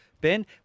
Ben